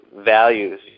values